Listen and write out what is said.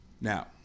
Now